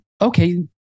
Okay